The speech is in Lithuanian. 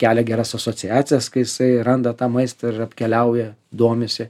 kelia geras asociacijas kai jisai randa tą maistą ir apkeliauja domisi